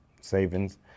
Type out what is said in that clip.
savings